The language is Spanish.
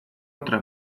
otra